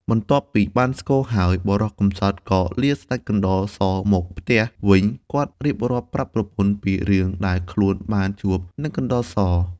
បន្ទាប់ពីបានស្គរហើយ បុរសកំសត់ក៏លាស្ដេចកណ្តុរសមកផ្ទះ វិញគាត់រៀបរាប់ប្រាប់ប្រពន្ធពីរឿងដែលខ្លួនបានជួប នឹងកណ្តុរស ។